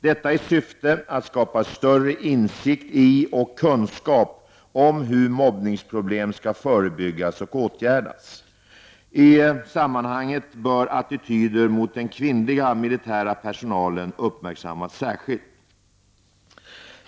Detta i syfte att skapa större insikt i och kunskap om hur mobbningsproblem skall förebyggas och åtgärdas. I sammanhanget bör attityder mot den kvinnliga militära personalen uppmärksammas särskilt.